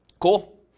cool